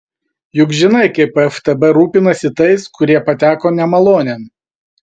juk žinai kaip ftb rūpinasi tais kurie pateko nemalonėn